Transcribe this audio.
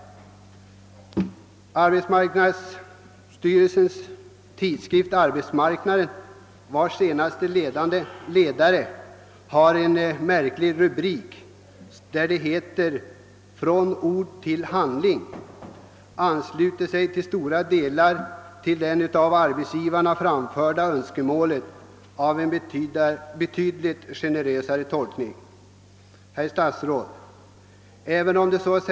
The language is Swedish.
Arbetsmarknadsstyrelsens tidskrift Arbetsmarknaden ansluter sig i sin senaste ledare — med den märkliga rubriken »Från ord till handling» — till stora delar av det av arbetsgivarna framförda önskemålet om en betydligt generösare tolkning av bestämmelserna. Herr statsråd!